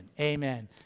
amen